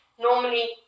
Normally